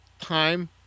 time